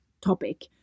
topic